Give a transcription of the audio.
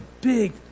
big